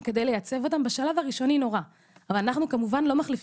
זה בשלב הראשוני ואנחנו כמובן לא מחליפים